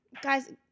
Guys